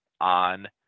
on